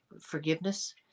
forgiveness